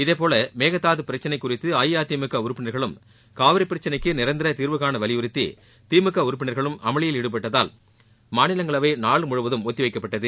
இதேபோல மேகதாது பிரச்சளை குறித்து அஇஅதிமுக உறுப்பினர்களும் காவிரி பிரச்சளைக்கு நிரந்தர தீர்வுகான வலியுறுத்தி திமுக உறுப்பினர்களும் அமளியில் ஈடுபட்டதால் மாநிலங்களவை நாள் முழுவதும் ஒத்திவைக்கப்பட்டது